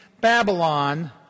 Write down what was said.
Babylon